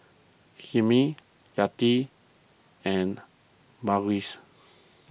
Hilmi Yati and